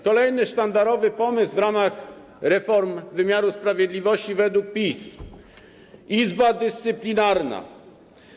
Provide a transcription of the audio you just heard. Kolejny sztandarowy pomysł w ramach reform wymiaru sprawiedliwości według PiS - Izba Dyscyplinarna.